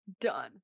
Done